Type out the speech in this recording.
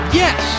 yes